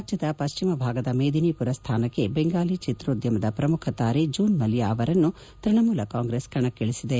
ರಾಜ್ಯದ ಪಶ್ಚಿಮ ಭಾಗದ ಮೇದೀನಿ ಪುರ ಸ್ಥಾನಕ್ಕೆ ಬೆಂಗಾಲಿ ಚಿತ್ರೋದ್ಯಮದ ಪ್ರಮುಖ ತಾರೆ ಜೂನ್ ಮಲಿಯಾ ಅವರನ್ನು ತೃಣಮೂಲ ಕಾಂಗ್ರೆಸ್ ಕಣಕ್ಕಿ ಳಿಸಿದೆ